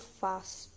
fast